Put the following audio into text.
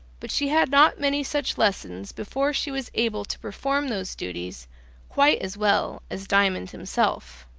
but she had not many such lessons before she was able to perform those duties quite as well as diamond himself.